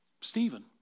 Stephen